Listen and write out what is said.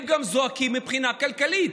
הם גם זועקים מבחינה כלכלית,